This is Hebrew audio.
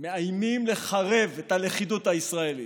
מאיימים לחרב את הלכידות הישראלית.